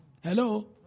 Hello